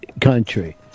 country